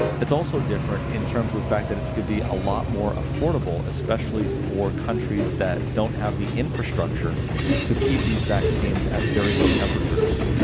it's also different in terms of the fact that it's going to be a lot more affordable, especially for countries that don't have the infrastructure to keep these vaccines at very low temperatures.